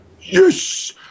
Yes